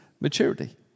maturity